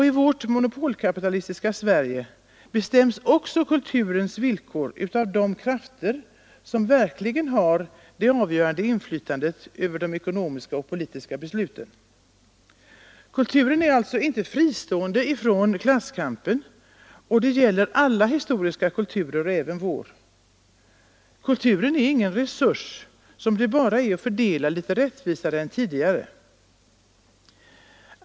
I vårt monopolkapitalistiska Sverige bestäms också kulturens villkor av de krafter som verkligen har det avgörande inflytandet över de ekonomiska och politiska besluten. Kulturen är alltså inte fristående från klasskampen. Det gäller alla historiska kulturer, även vår. Kulturen är ingen resurs som det bara är att fördela litet rättvisare än tidigare.